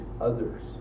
others